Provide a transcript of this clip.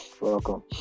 Welcome